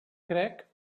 crec